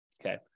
Okay